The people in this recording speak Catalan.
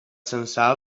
censal